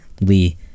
Lee